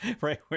right